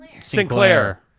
Sinclair